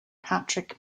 patrick